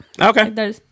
Okay